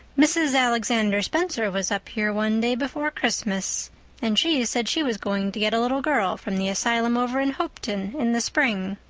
mrs. alexander spencer was up here one day before christmas and she said she was going to get a little girl from the asylum over in hopeton in the spring.